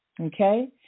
Okay